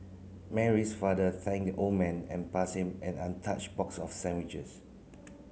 Mary's father thanked the old man and passed him an untouched box of sandwiches